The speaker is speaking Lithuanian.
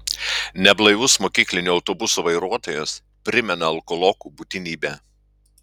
neblaivus mokyklinio autobuso vairuotojas primena alkolokų būtinybę